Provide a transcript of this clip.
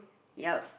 yep